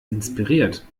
inspiriert